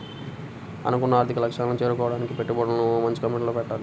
అనుకున్న ఆర్థిక లక్ష్యాలను చేరుకోడానికి పెట్టుబడులను మంచి కంపెనీల్లో పెట్టాలి